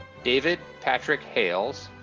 david patrick hales,